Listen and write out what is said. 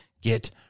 get